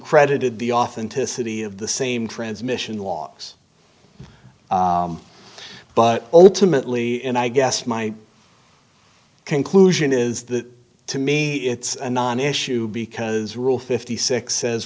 credited the authenticity of the same transmission loss but ultimately and i guess my conclusion is that to me it's a non issue because rule fifty six says